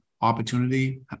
opportunity